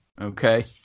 Okay